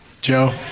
Joe